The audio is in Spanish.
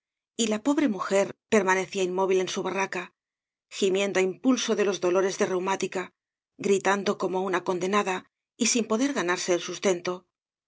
y la pobre mujer permanecía inmóvil en su barraca gimiendo á impulso de los dolores de reumática gritando como una condenada y sin poder ganarse el sustento